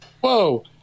whoa